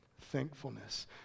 thankfulness